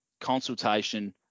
consultation